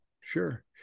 Sure